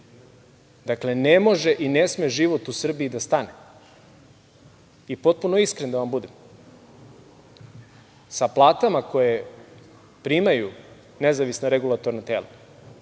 Dakle, ne može i ne sme život u Srbiji da stane. Potpuno iskren da budem, sa platama koje primaju nezavisna regulatorna tela